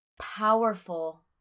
powerful